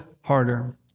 harder